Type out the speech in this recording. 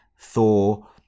Thor